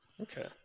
Okay